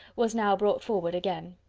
was now brought forward again.